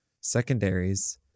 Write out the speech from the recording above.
secondaries